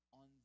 on